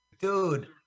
dude